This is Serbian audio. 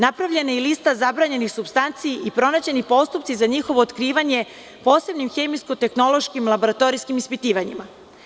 Napravljena je i lista zabranjenih supstanci i pronađeni postupci za njihovo otkrivanje posebnim hemijsko-tehnološkim laboratorijskim ispitivanjima.